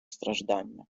страждання